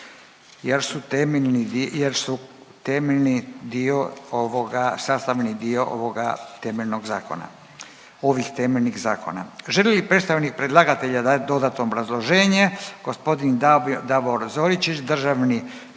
jer su temeljni dio ovoga sastavni dio ovoga temeljnog zakona, ovih temeljnih zakona. Želi li predstavnik predlagatelja dati dodatno obrazloženje? Gospodin Davor Zoričić državni tajnik